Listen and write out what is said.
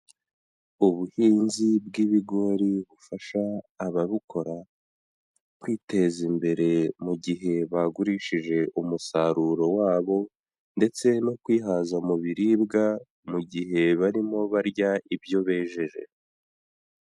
Ubuhinzi bw'ibigori bufasha ababukora kwiteza imbere mu gihe bagurishije umusaruro wabo, ndetse no kwihaza mu biribwa mu gihe barimo barya ibyo bejeje.